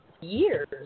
years